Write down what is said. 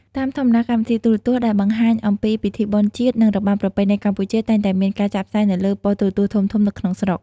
តាមធម្មតា កម្មវិធីទូរទស្សន៍ដែលបង្ហាញអំពីពិធីបុណ្យជាតិ និងរបាំប្រពៃណីកម្ពុជា តែងតែមានការចាក់ផ្សាយនៅលើប៉ុស្តិ៍ទូរទស្សន៍ធំៗក្នុងស្រុក។